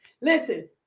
listen